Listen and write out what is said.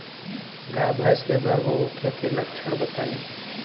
गाय भैंस के गर्म होखे के लक्षण बताई?